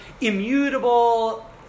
immutable